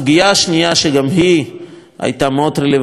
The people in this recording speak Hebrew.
שגם היא הייתה רלוונטית מאוד שם,